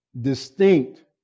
distinct